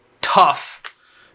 tough